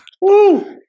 Woo